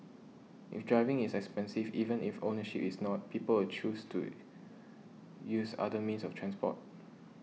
if driving is expensive even if ownership is not people will choose to use other means of transport